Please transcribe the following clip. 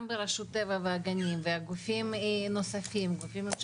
גם ברשות הטבע והגנים וגופים נוספים,